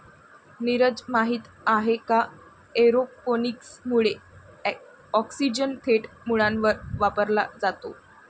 नीरज, माहित आहे का एरोपोनिक्स मुळे ऑक्सिजन थेट मुळांवर वापरला जातो